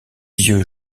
yeux